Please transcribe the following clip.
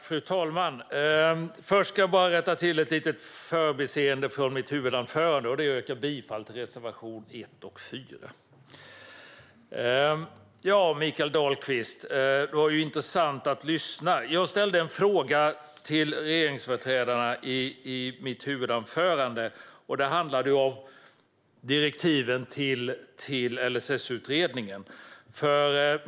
Fru talman! Först ska jag rätta till ett förbiseende från mitt huvudanförande: Jag yrkar bifall till reservationerna 1 och 4. Mikael Dahlqvist, det var intressant att lyssna. Jag ställde i mitt huvudanförande en fråga till regeringsföreträdarna. Den handlade om direktiven till LSS-utredningen.